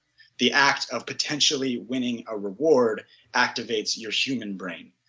the act of potentially winning a reward activates your human brain.